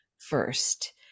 first